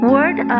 Word